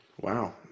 wow